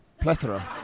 Plethora